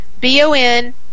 B-O-N